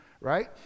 right